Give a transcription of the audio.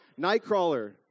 Nightcrawler